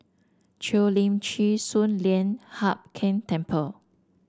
Cheo Lim Chin Sun Lian Hup Keng Temple